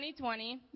2020